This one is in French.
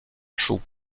chaud